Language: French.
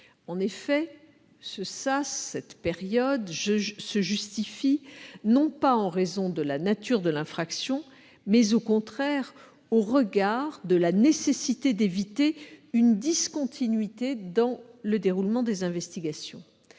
En effet, ce sas, cette période, se justifie, non pas en raison de la nature de l'infraction, mais, au contraire, au regard de la nécessité d'éviter une discontinuité dans le déroulement des investigations.